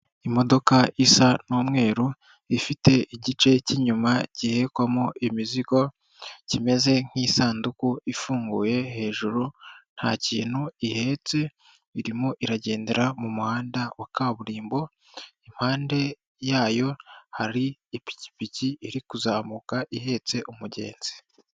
Imodoka isa n'umweru, ifite igice cy'inyuma gihekwamo imizigo, kimeze nk'isanduku ifunguye hejuru, nta kintu ihetse, irimo iragendera mu muhanda wa kaburimbo, impande yayo hari ipikipiki iri kuzamuka ihetse umugenzi.